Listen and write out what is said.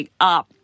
up